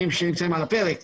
אנחנו אתך.